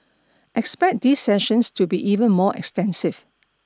expect these sessions to be even more extensive